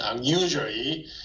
usually